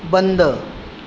बंद